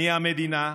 אני המדינה,